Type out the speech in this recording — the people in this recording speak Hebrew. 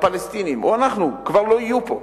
והפלסטינים או אנחנו כבר לא יהיו פה,